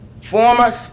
former